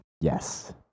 Yes